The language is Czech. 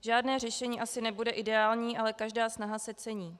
Žádné řešení asi nebude ideální, ale každá snaha se cení.